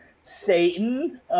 Satan